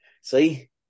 See